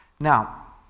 Now